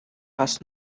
has